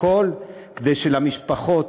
הכול, כדי שלמשפחות